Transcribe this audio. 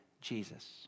Jesus